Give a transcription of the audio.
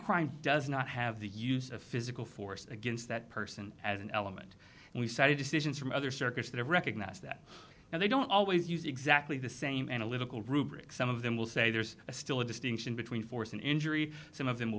crime does not have the use of physical force against that person as an element and we cited decisions from other circuits that recognize that and they don't always use exactly the same analytical rubric some of them will say there's still a distinction between force and injury some of them will